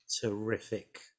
terrific